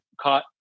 caught